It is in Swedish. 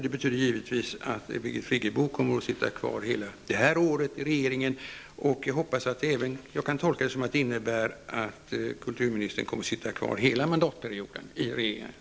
Det betyder givetvis att Birgit Friggebo kommer att sitta kvar i regeringen hela detta år, och jag hoppas att jag kan tolka det som att kulturministern kommer att sitta kvar i regeringen under hela mandatperioden.